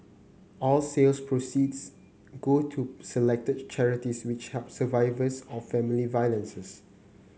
all sales proceeds go to selected charities which help survivors of family violences